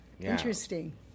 interesting